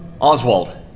Oswald